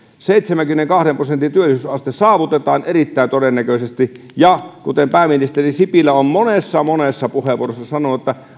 seitsemänkymmenenkahden prosentin työllisyysaste saavutetaan erittäin todennäköisesti ja kuten pääministeri sipilä on monessa monessa puheenvuorossa sanonut